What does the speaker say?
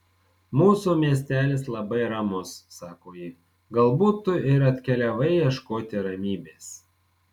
mūsų miestelis labai ramus sako ji galbūt tu ir atkeliavai ieškoti ramybės